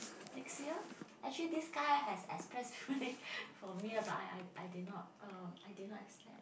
next year actually this guy has expressed feeling for me lah but I I did not uh I did not expect